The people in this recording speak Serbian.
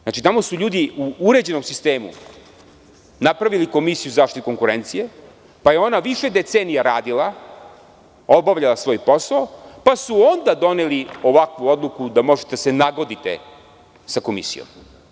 Znači tamo su ljudi u uređenom sistemu napravili Komisiju za zaštitu konkurencije, pa je ona više decenija radila, obavljala svoj posao, pa su onda doneli ovakvu odluku da možete da se nagodite sa komisijom.